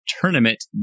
tournament